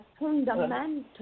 fundamental